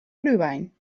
glühwein